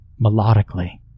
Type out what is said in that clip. melodically